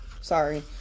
sorry